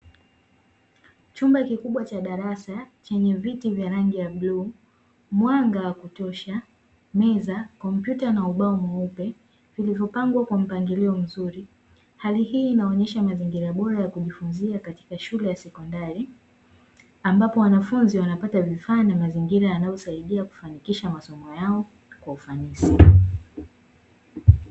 Chumba kikubwa cha darasa chenye viti vya rangi ya bluu, mwanga wa kutosha, meza na kompyuta na ubao mweupe vilivyopangwa kwa mpangilio mzuri, hali hii inaonesha mazingira bora yakujifunzia katika shule ya sekondari, ambapo wanafunzi wanapata vifaa na mazingira yanayosaidia kufanikisha masomo yao kwa ufanisi.